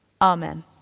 Amen